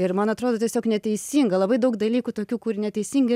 ir man atrodo tiesiog neteisinga labai daug dalykų tokių kur neteisingi